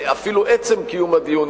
ואפילו עצם קיום הדיון,